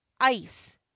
ice